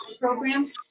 programs